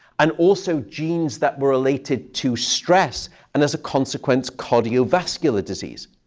and also genes that were related to stress and, as a consequence, cardiovascular disease.